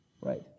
Right